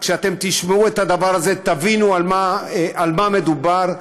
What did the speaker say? כשאתם תשמעו את הדבר הזה תבינו על מה מדובר.